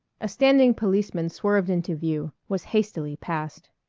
a standing policeman swerved into view, was hastily passed.